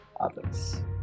others